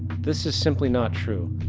this is simply not true.